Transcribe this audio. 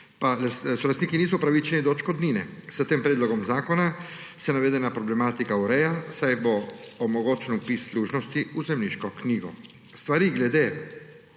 pa solastniki niso upravičeni do odškodnine. S tem predlogom zakona se navedena problematika ureja, saj bo omogočen vpis služnosti v zemljiško knjigo. Stvari glede